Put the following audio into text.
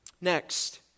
Next